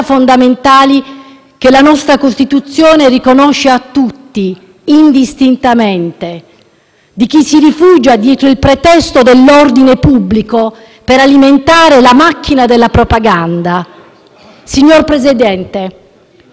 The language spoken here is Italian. di chi si rifugia dietro il pretesto dell'ordine pubblico per alimentare la macchina della propaganda. Signor Presidente, ho l'onore e l'onere di sedere nella Commissione straordinaria per la tutela e la promozione dei diritti umani